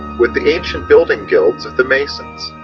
with the ancient building guilds of the masons,